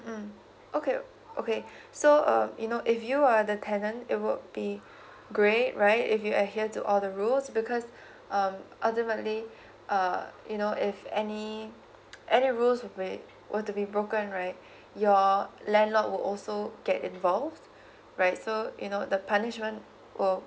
mm okay okay so uh you know if you are the tenant it would be great right if you adhere to all the rules because um ultimately uh you know if any any rules where to be broken right your landlord will also get involved right so you know the punishment will